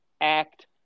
act